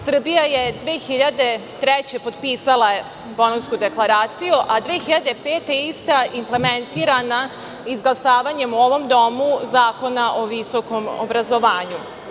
Srbija je 2003. godine potpisala Bolonjsku deklaraciju, a 2005. godine je ista implementirana izglasavanjem u ovom domu Zakona o visokom obrazovanju.